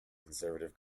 conservative